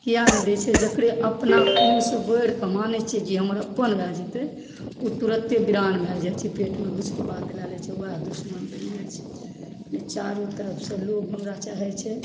किया नहि दै छै जेकरे हमरा अपना खुन सॅं बढ़ि कऽ मानै छियै जे हमर अपन भए जेतै ओ तुरते वीरान भए जाई छै पेटमे घुसि कऽ बात लए लै छै वएह दुश्मन बनि जाइ छै चारु तरफसँ लोग हमरा चाहै छै